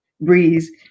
Breeze